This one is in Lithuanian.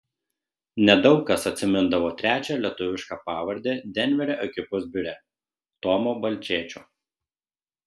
nedaug kas atsimindavo trečią lietuvišką pavardę denverio ekipos biure tomo balčėčio